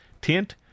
tint